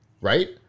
right